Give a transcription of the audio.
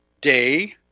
day